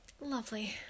Lovely